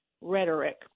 rhetoric